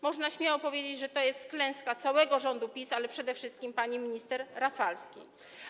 Można śmiało powiedzieć, że to jest klęska całego rządu PiS, ale przede wszystkim pani minister Rafalskiej.